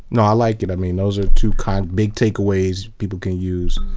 no, i like it. i mean those are two kind of big takeaways people can use.